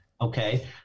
Okay